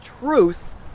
truth